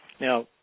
Now